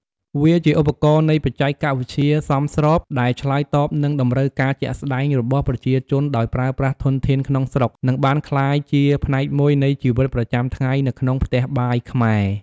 វាជាឧទាហរណ៍នៃបច្ចេកវិទ្យាសមស្រប ដែលឆ្លើយតបនឹងតម្រូវការជាក់ស្តែងរបស់ប្រជាជនដោយប្រើប្រាស់ធនធានក្នុងស្រុក និងបានក្លាយជាផ្នែកមួយនៃជីវិតប្រចាំថ្ងៃនៅក្នុងផ្ទះបាយខ្មែរ។